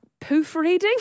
poofreading